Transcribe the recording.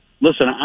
listen